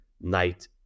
night